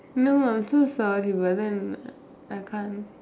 no I'm so sorry but then I can't